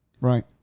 Right